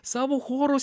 savo chorus